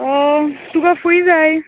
तुका खूंय जाय